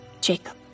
Jacob